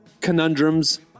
conundrums